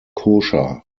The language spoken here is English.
kosher